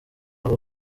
abo